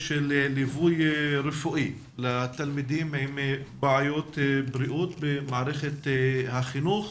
ליווי רפואי לתלמידים עם בעיות בריאות במערכת החינוך.